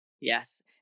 Yes